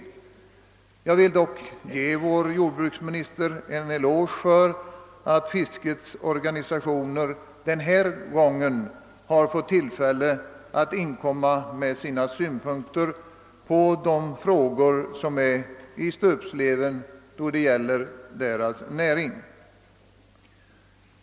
Emellertid vill jag ge jordbruksministern en eloge för att fiskets organisationer denna gång har fått tillfälle att framföra sina synpunkter på de frågor rörande deras näring som ligger i stöpsleven.